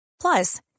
Plus